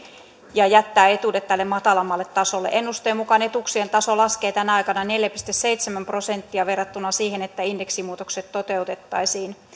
ja jättää etuudet tälle matalammalle tasolle ennusteen mukaan etuuksien taso laskee tänä aikana neljä pilkku seitsemän prosenttia verrattuna siihen että indeksimuutokset toteutettaisiin